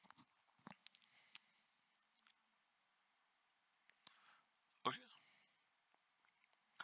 okay